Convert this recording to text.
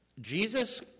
Jesus